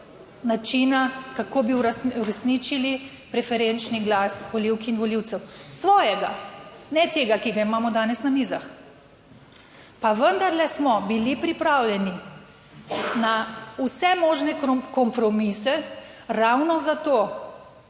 načina, kako bi uresničili preferenčni glas volivk in volivcev, svojega, ne tega, ki ga imamo danes na mizah, pa vendarle smo bili pripravljeni na vse možne kompromise ravno zato,